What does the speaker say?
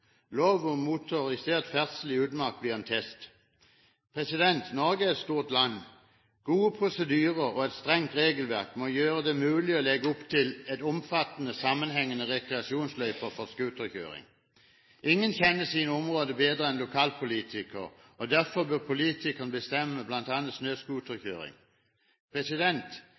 Lov om motorisert ferdsel i utmark blir en test. Norge er et stort land. Gode prosedyrer og et strengt regelverk må gjøre det mulig å legge opp til omfattende sammenhengende rekreasjonsløyper for snøscooterkjøring. Ingen kjenner sine områder bedre enn lokalpolitikerne. Derfor bør politikerne bestemme bl.a. om snøscooterkjøring.